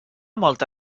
molta